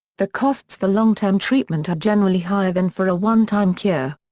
the costs for long-term treatment are generally higher than for a one-time cure.